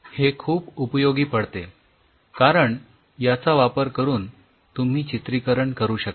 हे खूप उपयोगी पडते कारण याचा वापर करून तुम्ही चित्रीकरण करू शकता